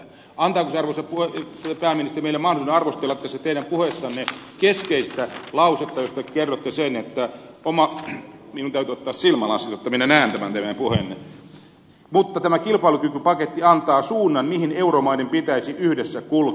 antaako se arvoisa pääministeri meille mahdollisuuden arvostella tässä teidän puheessanne keskeistä lausetta jossa te kerrotte sen että minun täytyy ottaa silmälasit jotta minä näen tämän teidän puheenne tämä kilpailukykypaketti antaa suunnan mihin euromaiden pitäisi yhdessä kulkea